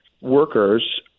workers